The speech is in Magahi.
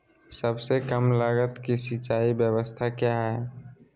सबसे कम लगत की सिंचाई ब्यास्ता क्या है?